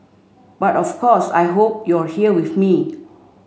but of course I hope you're here with me